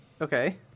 Okay